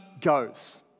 goes